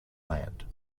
land